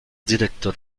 director